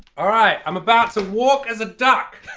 all right. i'm about to walk as a duck.